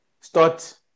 start